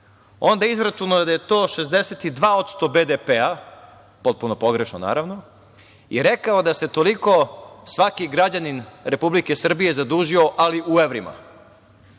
Onda je izračunao da je to 62% BDP, potpuno pogrešno naravno, i rekao da se toliko svaki građanin Republike Srbije zadužio ali u evrima.